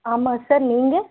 ஆமாம் சார் நீங்கள்